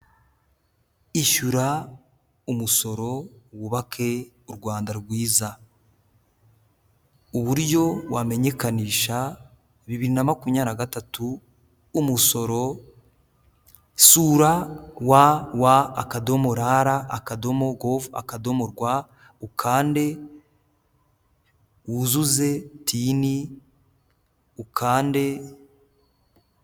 Ishyura umusoro wubake u Rwanda rwiza. Uburyo wamenyekanisha bibiri na makumya gatatu umusoro, sura wa wa, akadomo ra ra, akadomo govu, akadomo rwa, ukande wuzuze tini, ukande.